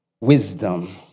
wisdom